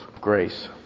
grace